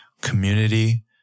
Community